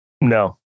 No